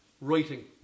writing